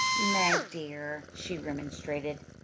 meg, dear, she remonstrated,